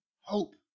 hope